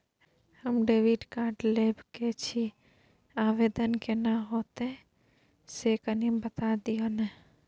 हम debit card लेब के छि, आवेदन केना होतै से कनी बता दिय न?